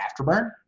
Afterburn